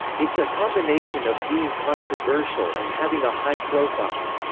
it's a combination of being controversial and having a high profile.